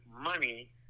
money